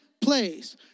place